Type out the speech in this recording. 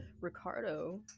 ricardo